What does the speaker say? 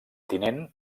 tinent